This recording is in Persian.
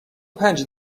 پنج